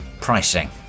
pricing